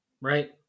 Right